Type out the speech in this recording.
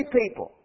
people